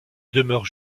demeure